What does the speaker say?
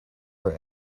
her